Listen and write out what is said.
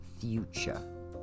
future